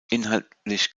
inhaltlich